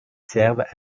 servent